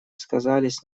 сказались